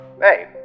Hey